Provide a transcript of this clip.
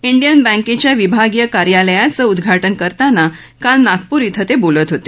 Indian बँकेच्या विभागीय कार्यालयाचं उद्घाटन करताना काल नागपूर इथं ते बोलत होते